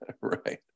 Right